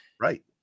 Right